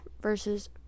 versus